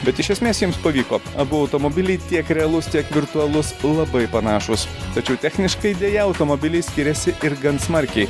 bet iš esmės jiems pavyko abu automobiliai tiek realus tiek virtualus labai panašūs tačiau techniškai deja automobiliai skiriasi ir gan smarkiai